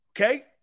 Okay